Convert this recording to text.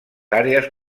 àrees